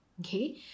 okay